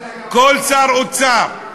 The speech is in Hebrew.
כל שר אוצר,